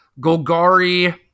Golgari